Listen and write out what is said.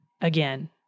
again